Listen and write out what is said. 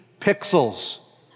pixels